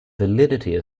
validity